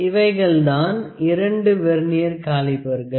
இவைகள்தான் இரண்டு வெர்னியர் காலிப்பர்கள்